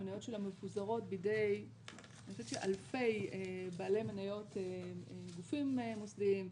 המניות שלה מפוזרות בידי אלפי בעלי מניות וגופים מוסדיים,